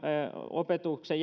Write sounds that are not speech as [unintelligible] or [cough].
opetuksen [unintelligible]